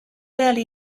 early